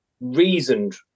reasoned